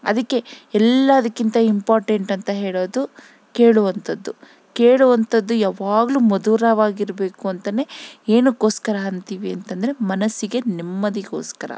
ಅದಕ್ಕೆ ಎಲ್ಲಾದಕ್ಕಿಂತ ಇಂಪಾರ್ಟೆಂಟ್ ಅಂತ ಹೇಳೋದು ಕೇಳುವಂಥದ್ದು ಕೇಳುವಂಥದ್ದು ಯಾವಾಗಲು ಮಧುರವಾಗಿರ್ಬೇಕು ಅಂತನೇ ಏನುಕ್ಕೋಸ್ಕರ ಅಂತೀವಿ ಅಂತಂದರೆ ಮನಸ್ಸಿಗೆ ನೆಮ್ಮದಿಗೋಸ್ಕರ